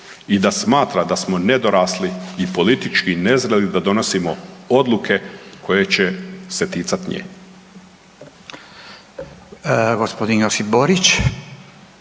i da smatra da smo nedorasli i politički nezreli da donosio odluke koje će se ticati nje.